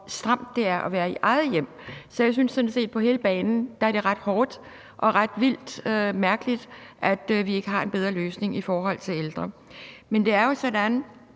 hvor stramt det er at være i eget hjem. Så jeg synes sådan set, at det på hele banen er ret hårdt og vildt mærkeligt, at vi ikke har en bedre løsning i forhold til ældre. Men det er jo sådan,